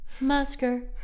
Musker